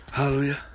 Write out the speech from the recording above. Hallelujah